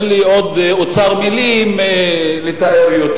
אין לי עוד אוצר מלים לתאר יותר.